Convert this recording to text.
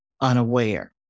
unaware